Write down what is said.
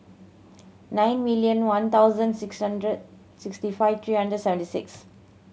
nine million one thousand six hundred sixty five three hundred seventy six